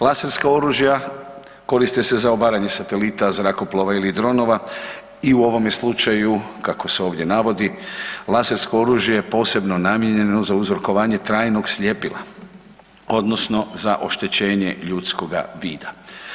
Laserska oružja koriste se za obaranje satelita, zrakoplova ili dronova i u ovome slučaju kako se ovdje navodi lasersko oružje je posebno namijenjeno na uzrokovanje trajnog sljepila odnosno za oštećenje ljudskoga vida.